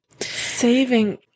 Saving